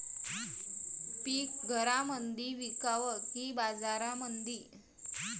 पीक घरामंदी विकावं की बाजारामंदी?